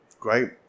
Great